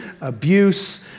abuse